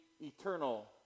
eternal